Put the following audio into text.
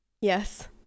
Yes